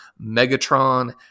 megatron